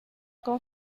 con